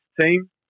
team